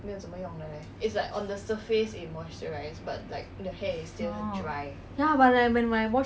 orh ya but like when I wash